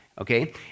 Okay